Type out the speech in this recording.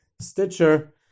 Stitcher